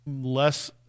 less